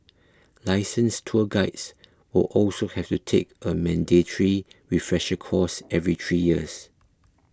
licensed tour guides will also have to take a mandatory refresher course every three years